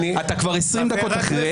אתה כבר 20 דקות אחרי,